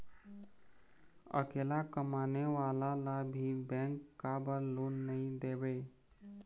अकेला कमाने वाला ला भी बैंक काबर लोन नहीं देवे?